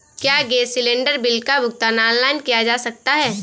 क्या gas cylinder bill का भुगतान ऑनलाइन किया जा सकता है?